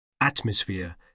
atmosphere